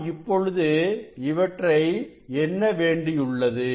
நான் இப்பொழுது இவற்றை எண்ண வேண்டியுள்ளது